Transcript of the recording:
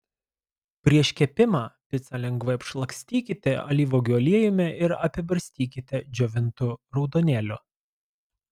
prieš kepimą picą lengvai apšlakstykite alyvuogių aliejumi ir apibarstykite džiovintu raudonėliu